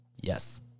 Yes